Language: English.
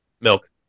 Milk